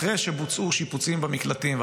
אחרי שבוצעו שיפוצים במקלטים,